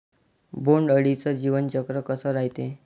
बोंड अळीचं जीवनचक्र कस रायते?